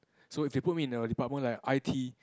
so if you put me in a department like I_T